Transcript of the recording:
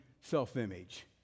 self-image